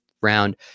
round